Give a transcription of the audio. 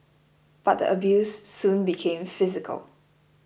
but the abuse soon became physical